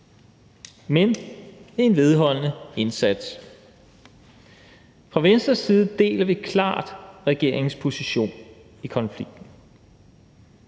men med en vedholdende indsats. Fra Venstres side deler vi klart regeringens position i konflikten.